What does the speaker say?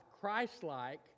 Christ-like